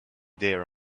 there